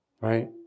Right